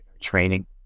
training